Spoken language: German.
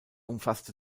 umfasste